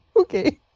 Okay